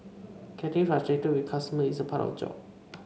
getting frustrated with customers is part of the job